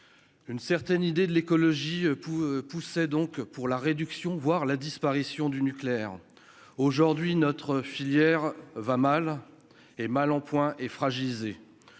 une certaine idée de l'écologie pou poussait donc pour la réduction, voire la disparition du nucléaire aujourd'hui notre filière va mal et mal en point et fragilisé,